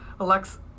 Alex